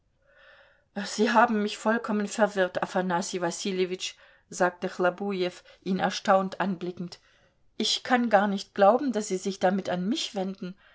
sie haben mich vollkommen verwirrt afanassij wassiljewitsch sagte chlobujew ihn erstaunt anblickend ich kann gar nicht glauben daß sie sich damit an mich wenden